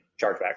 chargebacks